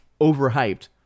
overhyped